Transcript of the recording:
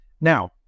Now